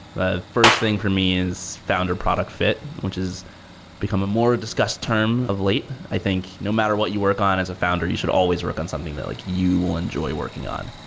the first thing for me is founder product fit, which is become a more discussed term of late. i think no matter what you work on as a founder, you should always work on something that like you will enjoy working on.